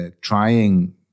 trying